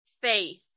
faith